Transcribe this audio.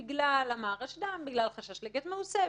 בגלל החשש לגט מעושה,